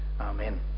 Amen